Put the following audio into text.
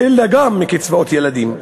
אלא גם מקצבאות ילדים.